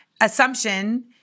assumption